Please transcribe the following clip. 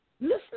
Listen